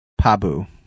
Pabu